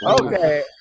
Okay